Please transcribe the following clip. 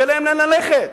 שאין להן לאן ללכת.